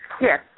Yes